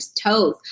toes